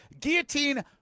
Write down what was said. Guillotine